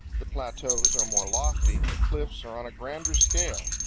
the plateaus are more lofty, the cliffs are on a grander scale,